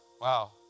Wow